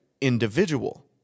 individual